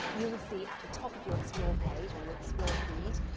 you will see at the top of your explore page or your explore feed,